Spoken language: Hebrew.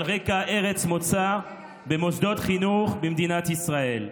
על רקע ארץ מוצא, במוסדות חינוך במדינת ישראל.